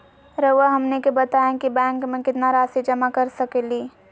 रहुआ हमनी के बताएं कि बैंक में कितना रासि जमा कर सके ली?